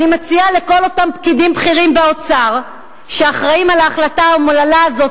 אני מציעה לכל אותם פקידים בכירים באוצר שאחראים להחלטה האומללה הזאת,